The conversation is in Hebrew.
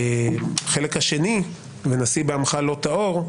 החלק השני "ונשיא בעמך לא תאר",